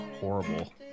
horrible